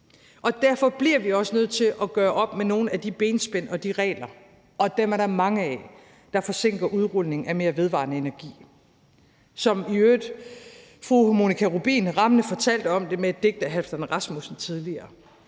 Derfor bliver vi også nødt til at gøre op med nogle af de benspænd og de regler – og dem er der mange af – der forsinker udrulningen af mere vedvarende energi, hvilket i øvrigt fru Monika Rubin rammende fortalte om tidligere med et digt af Halfdan Rasmussen.